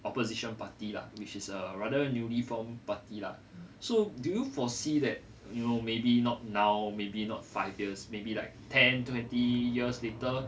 opposition party lah which is a rather newly formed party lah so do you foresee that you know maybe not now maybe not five years maybe like ten twenty years later